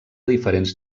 diferents